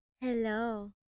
hello